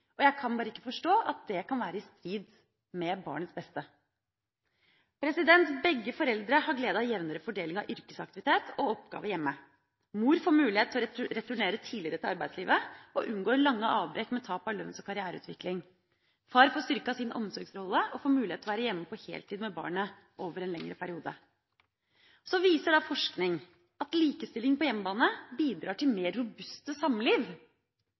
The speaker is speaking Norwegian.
Jeg kan bare ikke forstå at det kan være i strid med barnets beste. Begge foreldre har glede av jevnere fordeling av yrkesaktivitet og oppgaver hjemme. Mor får mulighet til å returnere tidligere til arbeidslivet og unngår lange avbrekk med tap av lønns- og karriereutvikling. Far får styrket sin omsorgsrolle og får mulighet til å være hjemme på heltid med barnet over en lengre periode. Så viser forskning at likestilling på hjemmebane bidrar til mer robuste samliv.